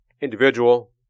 individual